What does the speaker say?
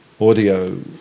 audio